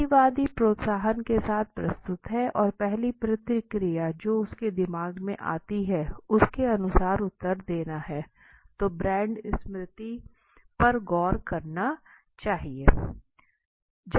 प्रतिवादी प्रोत्साहन के साथ प्रस्तुत हैं और पहली प्रतिक्रिया जो उसके दिमाग में आती है उसके अनुसार उत्तर देना है तो ब्रांड स्मृति पर गौर करना चाहिए